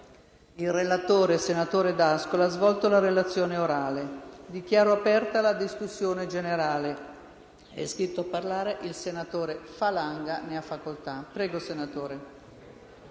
il relatore, senatore D'Ascola, ha svolto la relazione orale. Dichiaro aperta la discussione generale. È iscritto a parlare il senatore Falanga. Ne ha facoltà.